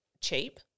cheap